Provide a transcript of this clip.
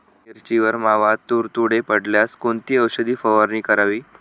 मिरचीवर मावा, तुडतुडे पडल्यास कोणती औषध फवारणी करावी?